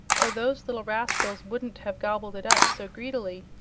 or those little rascals wouldn't have gobbled it up so greedily.